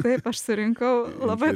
taip aš surinkau labai